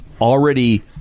already